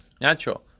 Natural